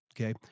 Okay